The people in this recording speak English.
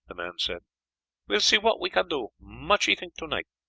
the man said will see what me can do. muchee think tonight!